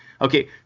Okay